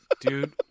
Dude